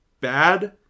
bad